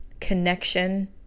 connection